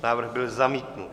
Návrh byl zamítnut.